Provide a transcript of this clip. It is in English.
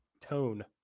Tone